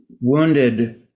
wounded